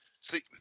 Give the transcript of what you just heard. See